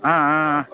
ಹಾಂ ಹಾಂ ಹಾಂ